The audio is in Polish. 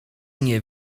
nie